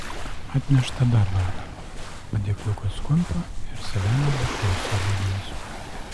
atnešta dar valgio padėkliukas kumpio ir saliamio dešros su alyvomis